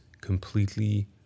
completely